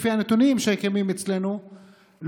לפי הנתונים שקיימים אצלנו,